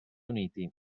uniti